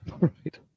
right